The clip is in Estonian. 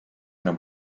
enam